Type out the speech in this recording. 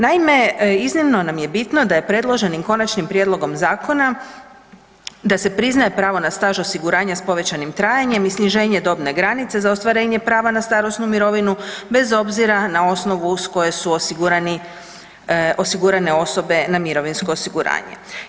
Naime, iznimno nam je bitno da je predloženim konačnim prijedlogom zakona, da se priznaje pravo na staž osiguranja s povećanim trajanjem i sniženje dobne granice za ostvarenje prava na starosnu mirovinu, bez obzira na osnovu s koje su osigurane osobe na mirovinsko osiguranje.